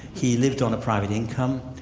he lived on a private income,